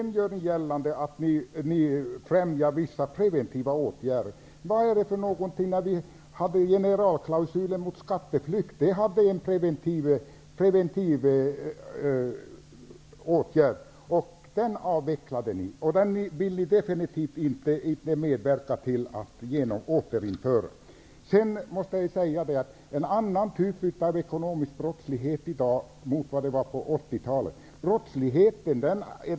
Ni gör gällande att ni främjar vissa preventiva åtgärder. Generalklausulen mot skatteflykt var en preventiv åtgärd, men den avvecklade ni. Den vill ni definitivt inte medverka till att återinföra. Det är i dag fråga om en annan typ av ekonomisk brottslighet än den som var på 80-talet.